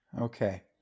Okay